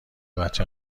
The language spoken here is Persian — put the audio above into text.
بچه